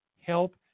Help